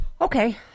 Okay